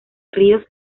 ríos